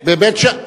בבית-שאן.